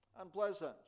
unpleasant